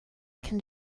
can